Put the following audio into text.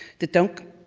don't